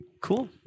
Cool